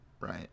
right